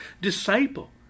disciple